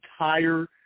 entire